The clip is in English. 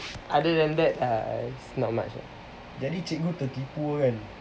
other then that uh not much ah